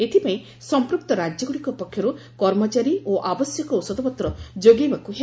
ଏଥିପାଇଁ ସମ୍ପ୍ରକ୍ତ ରାଜ୍ୟଗ୍ରଡ଼ିକ ପକ୍ଷରୂ କର୍ମଚାରୀ ଓ ଆବଶ୍ୟକ ଔଷଧପତ୍ ଯୋଗାଇବାକୁ ହେବ